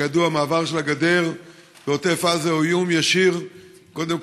וכידוע מעבר של הגדר בעוטף עזה הוא איום ישיר קודם